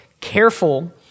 careful